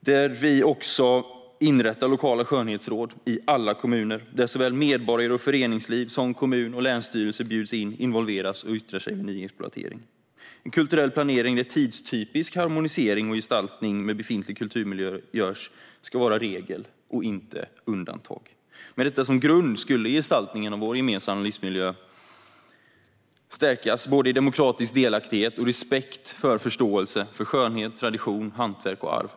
Vi vill också inrätta lokala skönhetsråd i alla kommuner, där såväl medborgare och föreningsliv som kommun och länsstyrelse bjuds in, involveras och yttrar sig inför ny exploatering. En kulturell planering, där tidstypisk harmonisering och gestaltning med befintlig kulturmiljö görs, ska vara regel och inte undantag. Med detta som grund skulle gestaltningen av vår gemensamma livsmiljö stärkas i fråga om demokratisk delaktighet, respekt och förståelse för skönhet, tradition, hantverk och arv.